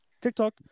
TikTok